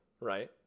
right